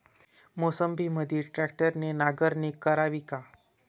मोसंबीमंदी ट्रॅक्टरने नांगरणी करावी का?